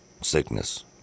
Sickness